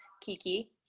Kiki